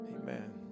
Amen